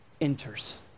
enters